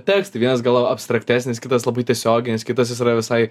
tekstai vienas gal abstraktesnis kitas labai tiesioginis kitas jis yra visai